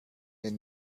ein